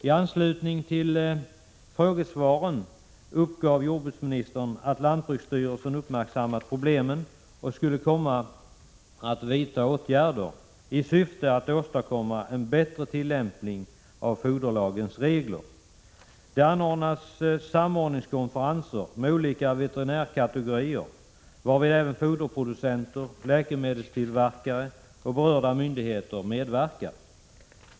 I anslutning till frågesvaren uppgav jordbruksministern att lantbruksstyrelsen uppmärksammat problemet och skulle komma att vidta åtgärder i syfte att åstadkomma en bättre tillämpning av foderlagens regler. Det anordnas samordningskonferenser med olika veterinärkategorier, varvid även foderproducenter, läkemedelstillverkare och berörda myndigheter medverkar.